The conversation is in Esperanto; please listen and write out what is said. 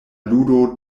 ludo